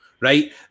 right